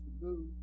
move